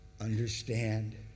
understand